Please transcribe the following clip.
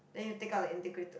then you take out the integrated